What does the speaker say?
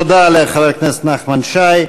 תודה לחברת הכנסת נחמן שי.